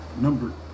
number